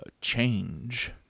change